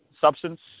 substance